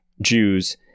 Jews